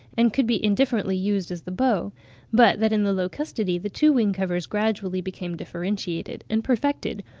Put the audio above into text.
and could be indifferently used as the bow but that in the locustidae the two wing-covers gradually became differentiated and perfected,